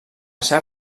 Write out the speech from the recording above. seva